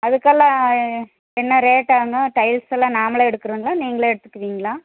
அதுக்கெல்லாம் என்ன ரேட்டு ஆகும் டைல்செல்லாம் நாமளே எடுக்கணுங்களா நீங்களே எடுத்துகுவிங்களா